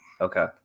Okay